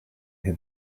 him